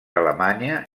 alemanya